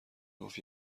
گفت